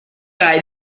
guy